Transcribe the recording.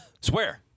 Swear